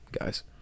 guys